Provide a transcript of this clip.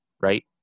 right